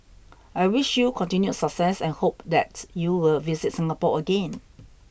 I wish you continued success and hope that you will visit Singapore again